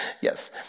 Yes